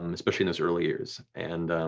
um especially in those early years. and